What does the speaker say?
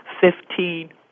Fifteen